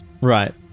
right